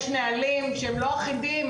יש נהלים שהם לא אחידים,